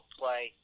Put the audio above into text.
play